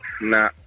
Nah